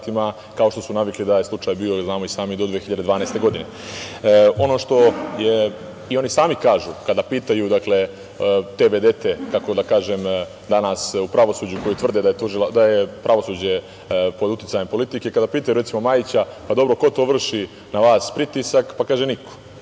kao što su navikli da je slučaj bio, znamo i sami, do 2012. godine. Oni samo kažu kada pitaju te vedete, kako da kažem, danas u pravosuđu koji tvrde da je pravosuđe pod uticajem politike, kada pitaju recimo Majića – ko to vrši na vas pritisak, pa on kaže – niko.